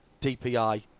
DPI